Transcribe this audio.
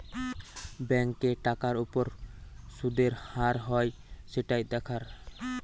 ব্যাংকে টাকার উপর শুদের হার হয় সেটাই দেখার